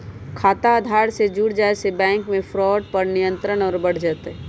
खाता आधार से जुड़ जाये से बैंक मे फ्रॉड पर नियंत्रण और बढ़ जय तय